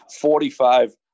Forty-five